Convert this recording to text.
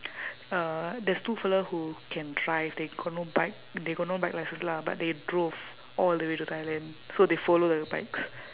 uh there's two fella who can drive they got no bike they got no bike license lah but they drove all the way to thailand so they follow the bikes